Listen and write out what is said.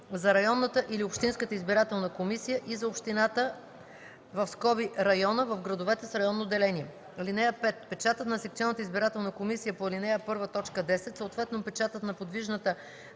за районната или общинската избирателна комисия и за общината (района – в градовете с районно деление). (5) Печатът на секционната избирателна комисия по ал. 1, т. 10, съответно печатът на подвижната